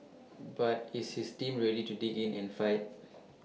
but is his team ready to dig in and fight